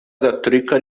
gatulika